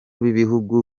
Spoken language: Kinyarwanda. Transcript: b’ibihugu